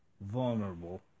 vulnerable